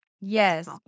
yes